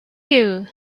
you